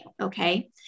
Okay